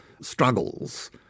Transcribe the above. struggles